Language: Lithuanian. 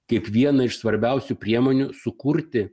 kaip viena iš svarbiausių priemonių sukurti